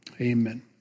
amen